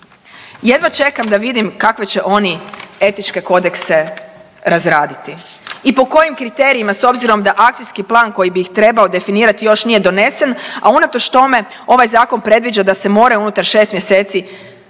Jedva čekam da vidim kakve će oni etičke kodekse razraditi. I po kojim kriterijima s obzirom da akcijski plan koji bi ih trebao definirati još nije donesen, a unatoč tome ovaj zakon predviđa da se mora unutar šest mjeseci,